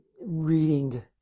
reading